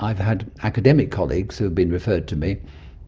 i've had academic colleagues who have been referred to me